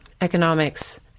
economics